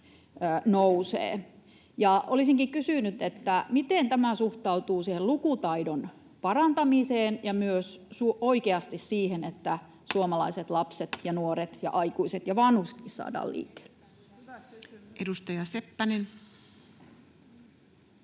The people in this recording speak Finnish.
Olisinkin kysynyt: miten tämä suhtautuu siihen lukutaidon parantamiseen ja myös oikeasti siihen, että suomalaiset lapset ja nuoret ja aikuiset ja vanhuksetkin saadaan liikkeelle? Edustaja Seppänen.